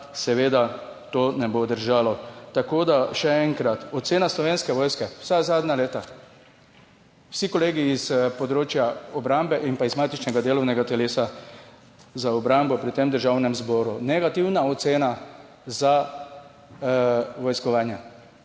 seveda to ne bo držalo, tako da še enkrat, ocena Slovenske vojske vsa zadnja leta, vsi kolegi iz področja obrambe in pa iz matičnega delovnega telesa za obrambo pri tem Državnem zboru, negativna ocena za vojskovanje,